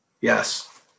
Yes